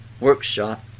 workshop